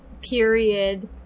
period